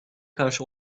karşı